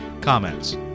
comments